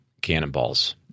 cannonballs